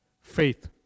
faith